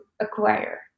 acquire